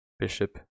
bishop